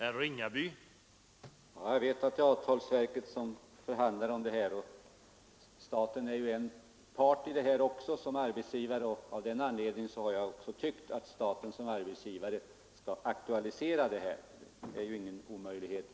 Herr talman! Jag vet att det är avtalsverket som förhandlar, men staten är ju part i målet som arbetsgivare, och av den anledningen har jag tyckt att staten skall aktualisera frågan. Det är ju ingen omöjlighet.